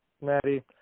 Maddie